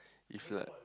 if like